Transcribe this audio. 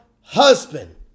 husband